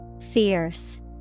Fierce